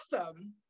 awesome